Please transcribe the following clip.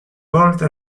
volte